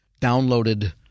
downloaded